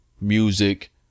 music